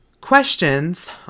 questions